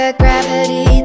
gravity